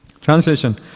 Translation